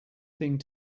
thing